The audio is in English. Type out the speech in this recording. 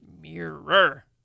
Mirror